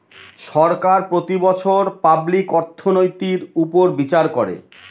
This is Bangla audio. সরকার প্রতি বছর পাবলিক অর্থনৈতির উপর বিচার করে